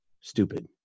stupid